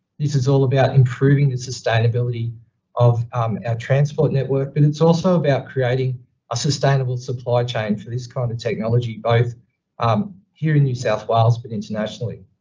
this is all about improving the sustainability of our transport network, but it's also about creating a sustainable supply chain for this kind of technology, both um here in new south wales, but internationally.